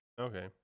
Okay